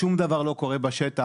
שום דבר לא קורה בשטח,